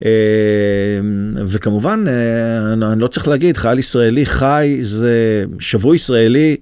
וכמובן, אני לא צריך להגיד, חייל ישראלי חי, זה שבוי ישראלי.